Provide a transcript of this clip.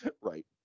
Right